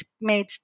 made